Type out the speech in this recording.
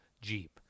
Jeep